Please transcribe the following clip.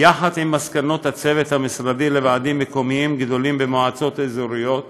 יחד עם מסקנות הצוות המשרדי לוועדים מקומיים גדולים במועצות אזוריות,